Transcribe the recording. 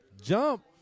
Jump